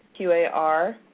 QAR